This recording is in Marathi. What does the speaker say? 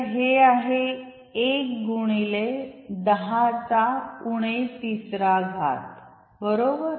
तर हे आहे एक गुणिले दहा चा ऊणे तिसरा घात बरोबर